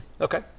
okay